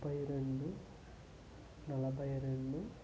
ముప్పై రెండు నలభై రెండు